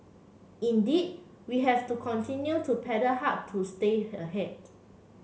indeed we have to continue to paddle hard to stay ahead